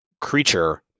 creature